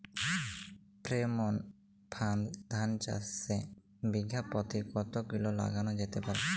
Pheromone ফাঁদ ধান চাষে বিঘা পতি কতগুলো লাগানো যেতে পারে?